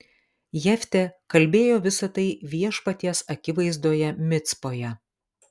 jeftė kalbėjo visa tai viešpaties akivaizdoje micpoje